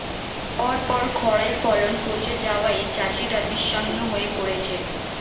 পরপর খড়ায় ফলন পচে যাওয়ায় চাষিরা বিষণ্ণ হয়ে পরেছে